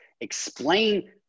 Explain